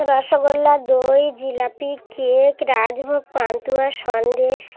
রসগোল্লা দই জিলাপি কেক রাজভোগ পান্তুয়া সন্দেশ